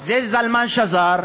זה זלמן שזר,